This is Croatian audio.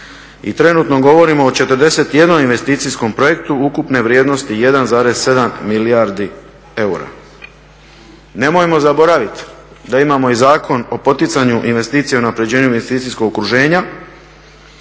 i trenutno govorimo o 41 investicijskom projektu ukupne vrijednosti 1,7 milijardi eura. Nemojmo zaboraviti da imamo i Zakon o poticanju investicija u unapređenju investicijskog okruženja